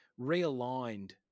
realigned